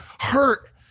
hurt